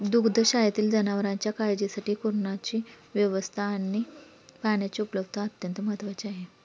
दुग्धशाळेतील जनावरांच्या काळजीसाठी कुरणाची व्यवस्था आणि पाण्याची उपलब्धता अत्यंत महत्त्वाची आहे